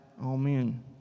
Amen